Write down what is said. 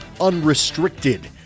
unrestricted